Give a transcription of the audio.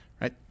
Right